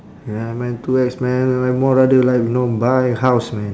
ya man too ex man know I more rather like know buy house man